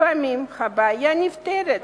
לפעמים הבעיה נפתרת